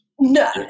No